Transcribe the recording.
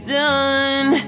done